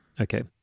Okay